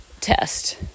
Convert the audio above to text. test